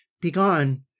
Begone